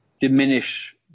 diminish